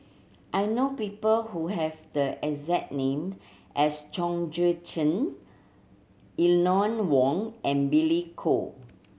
I know people who have the exact name as Chong Tze Chien Eleanor Wong and Billy Koh